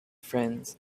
friends